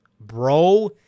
bro